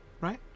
right